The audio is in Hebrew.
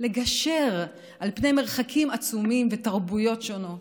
לגשר על פני מרחקים עצומים ותרבויות שונות,